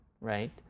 right